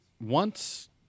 once-